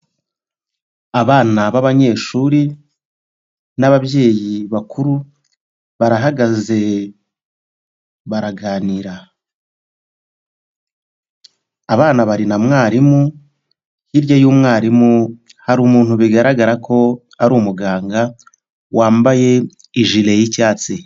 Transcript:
Abana b'anyeshuri n'ababyeyi bakuru, barahagaze baraganira. Abana bari na mwarimu, hirya y'umwarimu, hari umuntu bigaragara ko ari umuganga, yambaye ijire y'icyatsi.